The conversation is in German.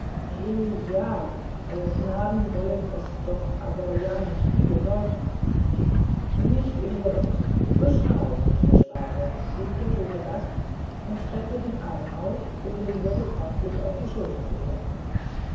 ja eure gnaden wollen es doch aber ja nicht übel deuten nicht im geringsten frisch heraus mit der sprache rief der tote gast und streckte den arm aus um dem wirt freundlich auf die schulter zu klopfen